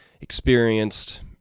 experienced